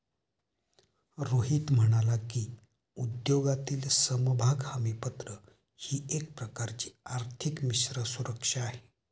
रोहित म्हणाला की, उद्योगातील समभाग हमीपत्र ही एक प्रकारची आर्थिक मिश्र सुरक्षा आहे